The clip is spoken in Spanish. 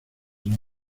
los